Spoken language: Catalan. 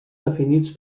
definits